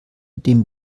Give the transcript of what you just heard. dem